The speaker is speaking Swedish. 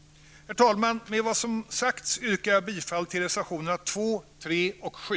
Herr talman! Med vad som sagts yrkar jag bifall till reservationerna 2, 3 och 7.